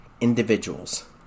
individuals